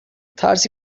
ترسی